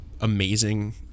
amazing